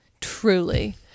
Truly